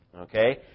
okay